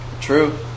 True